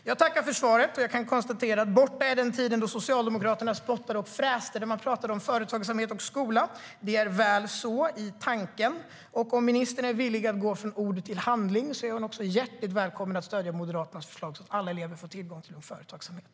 Jag tackar för svaret och kan konstatera att borta är den tiden då Socialdemokraterna spottade och fräste när man pratade om företagsamhet och skola. Det är väl så i tanken. Och om ministern är villig att gå från ord till handling är hon också hjärtligt välkommen att stödja Moderaternas förslag så att alla elever får tillgång till Ung Företagsamhet.